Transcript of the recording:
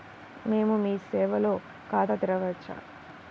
మేము మీ సేవలో ఖాతా తెరవవచ్చా?